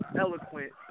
eloquent